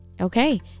Okay